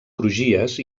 crugies